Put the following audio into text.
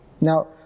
Now